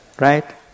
Right